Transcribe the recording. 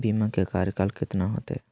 बीमा के कार्यकाल कितना होते?